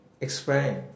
Explain